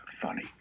funny